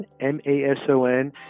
M-A-S-O-N